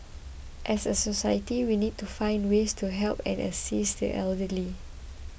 as a society we need to find ways to help and assist the elderly